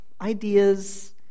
ideas